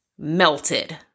melted